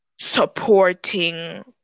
supporting